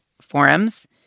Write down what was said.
forums